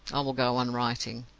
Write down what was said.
i will go on writing